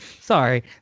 sorry